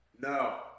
No